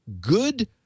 good